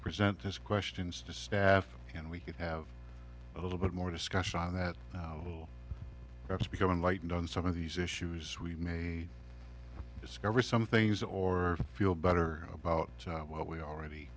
present his questions to staff and we could have a little bit more discussion on that a little that's become enlightened on some of these issues we may discover some things or feel better about what we already